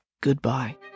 goodbye